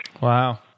Wow